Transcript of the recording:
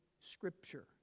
scripture